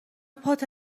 پات